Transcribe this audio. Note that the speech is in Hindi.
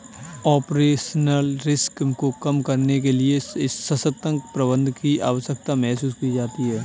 ऑपरेशनल रिस्क को कम करने के लिए सशक्त प्रबंधन की आवश्यकता महसूस की जाती है